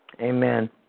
Amen